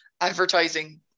advertising